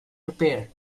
repaired